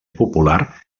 popular